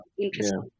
interesting